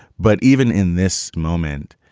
but even in this moment,